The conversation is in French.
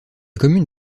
commune